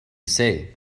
say